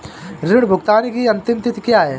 ऋण भुगतान की अंतिम तिथि क्या है?